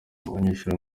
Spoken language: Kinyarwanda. abanyeshuri